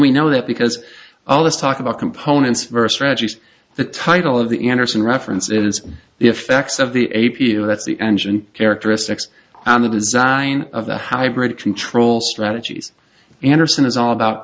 we know that because all this talk about components versus tragedies the title of the anderson reference it is the effects of the a p o that's the engine characteristics and the design of the hybrid control strategies anderson is all about